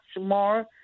more